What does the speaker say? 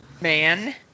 Man